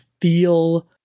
feel